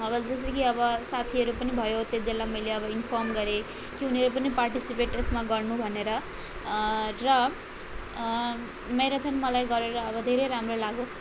अब जसै कि अब साथीहरू पनि भयो तिनीहरूलाई मैले अब इन्फर्म गरेँ के उनीहरू पनि पार्टिसिपेट यसमा गर्नु भनेर र म्याराथुन मलाई गरेर अब धेरै राम्रो लाग्यो